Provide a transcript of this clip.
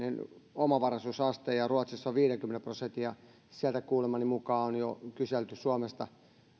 omavaraisuusaste ja ruotsissa on viidenkymmenen prosentin ja sieltä kuulemani mukaan on jo kyselty suomesta